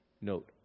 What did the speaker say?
note